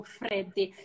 freddi